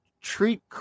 treat